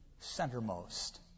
centermost